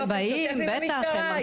באים -- אתם עובדים באופן שוטף עם המשטרה?